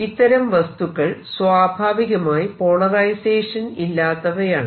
ഇത്തരം വസ്തുക്കൾ സ്വാഭാവികമായി പോളറൈസേഷൻ ഇല്ലാത്തവയാണ്